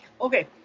Okay